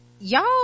y'all